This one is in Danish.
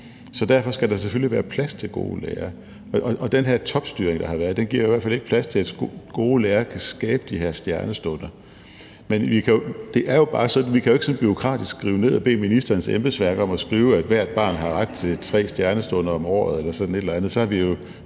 Så derfor skal der selvfølgelig være plads til gode lærere. Og den her topstyring, der har været, giver i hvert fald ikke plads til, at gode lærere kan skabe de her stjernestunder. Men det er jo bare sådan, at vi ikke bureaukratisk kan skrive det ned, altså bede ministerens embedsværk om at skrive, at ethvert barn har ret til tre stjernestunder om året eller sådan et eller andet.